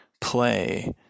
play